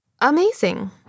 Amazing